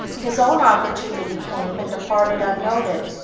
his own opportunity came and departed unnoted,